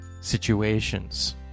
situations